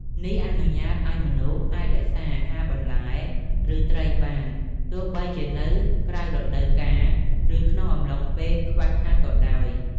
នេះអនុញ្ញាតឲ្យមនុស្សអាចរក្សាអាហារបន្លែ ឬ ត្រីបាន ទោះបីជានៅក្រៅរដូវកាល ឬក្នុងអំឡុងពេលខ្វះខាតក៏ដោយ។